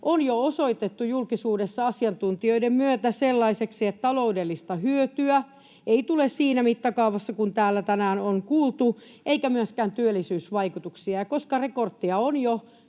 on jo osoitettu julkisuudessa asiantuntijoiden myötä sellaiseksi, että taloudellista hyötyä ei tule siinä mittakaavassa kuin täällä tänään on kuultu, eikä myöskään työllisyysvaikutuksia. Ja koska rekordia on jo